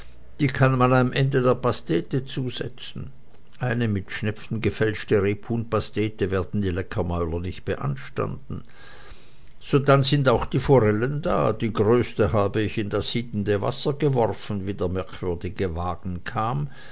die kann man am ende der pastete zusetzen eine mit schnepfen gefälschte rebhuhnpastete werden die leckermäuler nicht beanstanden sodann sind auch die forellen da die größte habe ich in das siedende wasser geworfen wie der merkwürdige wagen kam